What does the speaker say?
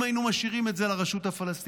אם היינו משאירים את זה לרשות הפלסטינית,